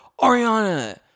Ariana